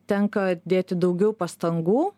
tenka dėti daugiau pastangų